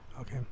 Okay